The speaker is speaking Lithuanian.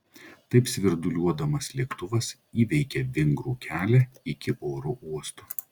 taip svirduliuodamas lėktuvas įveikė vingrų kelią iki oro uosto